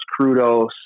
Crudos